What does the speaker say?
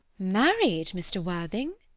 married, mr. worthing?